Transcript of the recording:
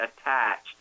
attached